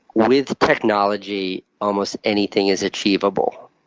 with technology, almost anything is achievable.